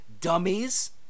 dummies